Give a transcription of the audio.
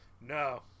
No